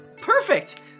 Perfect